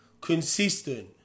consistent